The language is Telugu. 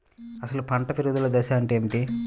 అసలు పంట పెరుగుదల దశ అంటే ఏమిటి?